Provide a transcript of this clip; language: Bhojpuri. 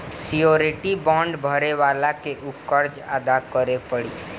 श्योरिटी बांड भरे वाला के ऊ कर्ज अदा करे पड़ी